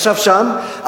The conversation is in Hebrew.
ישב שם,